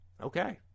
Okay